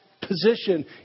position